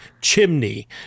chimney